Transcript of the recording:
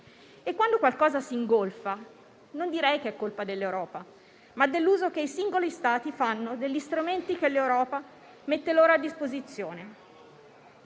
Quando qualcosa si ingolfa, non direi che è colpa dell'Europa, ma dell'uso che i singoli Stati fanno degli strumenti che l'Europa mette loro a disposizione.